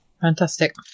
fantastic